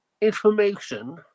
information